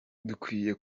dukwiye